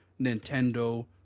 Nintendo